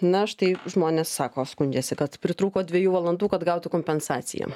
na štai žmonės sako skundžiasi kad pritrūko dviejų valandų kad gautų kompensaciją